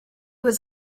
was